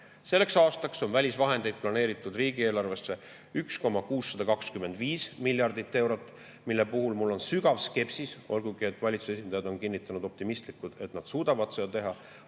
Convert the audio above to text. Selleks aastaks on välisvahendeid planeeritud riigieelarvesse 1,625 miljardit eurot, mille puhul mul on sügav skepsis, olgugi et valitsuse esindajad on kinnitanud optimistlikult, et nad suudavad seda teha.